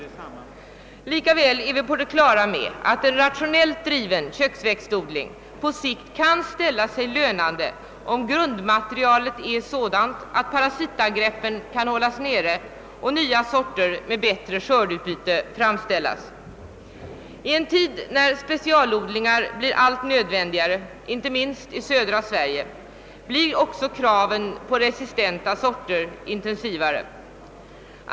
Men ändå är vi på det klara med att en rationellt driven köksväxtodling på sikt kan ställa sig lönande, om grundmaterialet är sådant att parasitangreppen kan hållas nere och nya sorter med bättre skördeutbyte kan framställas. I en tid när specialodlingar blir allt nödvändigare, inte minst i södra Sverige, blir också kraven på resistenta sorter intensivare.